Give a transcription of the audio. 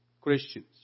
Christians